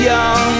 Young